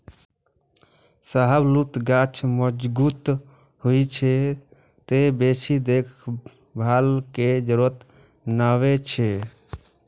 शाहबलूत गाछ मजगूत होइ छै, तें बेसी देखभाल के जरूरत नै छै